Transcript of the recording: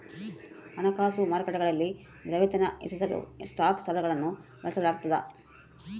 ಹಣಕಾಸು ಮಾರುಕಟ್ಟೆಗಳಲ್ಲಿ ದ್ರವ್ಯತೆನ ಹೆಚ್ಚಿಸಲು ಸ್ಟಾಕ್ ಸಾಲಗಳನ್ನು ಬಳಸಲಾಗ್ತದ